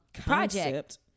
project